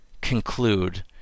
conclude